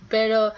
Pero